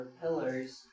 pillars